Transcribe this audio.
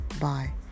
Bye